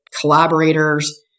collaborators